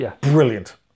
brilliant